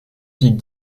pics